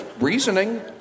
reasoning